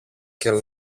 και